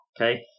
okay